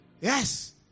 Yes